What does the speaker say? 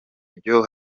byo